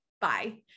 bye